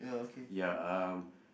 ya uh